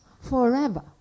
forever